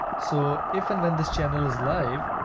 so if, and when, this channel is live,